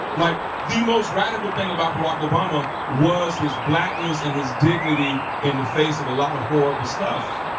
like the most radical thing about barack obama was his blackness and his dignity in the face of a lot of horrible stuff.